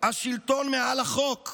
השלטון מעל החוק,